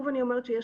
אני אומרת שוב,